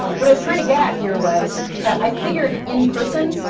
what i was trying to get at here was that i figured, in person,